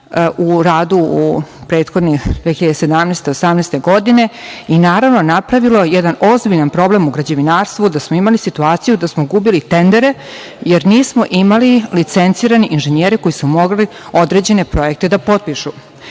u radu u prethodnim godinama 2017, 2018. godine, i naravno napravilo jedan ozbiljan problem u građevinarstvu da smo imali situaciju da smo gubili tendere, jer nismo imali licencirane inženjere koji su mogli određene projekte da potpišu. Pošto